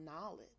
knowledge